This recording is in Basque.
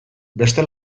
beste